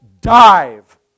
dive